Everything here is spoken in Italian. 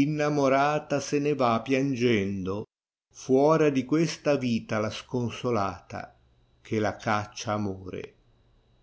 innamorata se ne va piangendo fnora di questa vita la sconsolata che la caccia amore